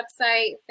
website